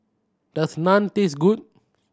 does Naan taste good